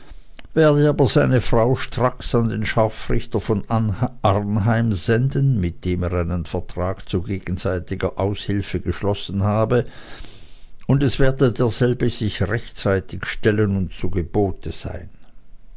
werde aber seine frau stracks an den scharfrichter von arnheim senden mit dem er einen vertrag zu gegenseitiger aushilfe geschlossen habe und es werde derselbe rechtzeitig sich stellen und zu gebote sein